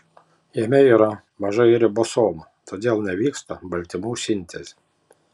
jame yra mažai ribosomų todėl nevyksta baltymų sintezė